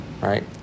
right